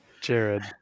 Jared